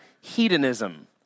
hedonism